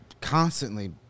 constantly